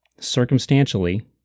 circumstantially